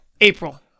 April